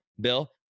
bill